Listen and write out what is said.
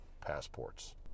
passports